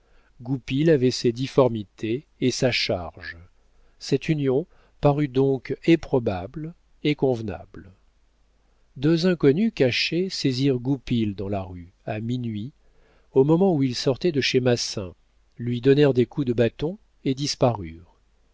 goupil avait ses difformités et sa charge cette union parut donc et probable et convenable deux inconnus cachés saisirent goupil dans la rue à minuit au moment où il sortait de chez massin lui donnèrent des coups de bâton et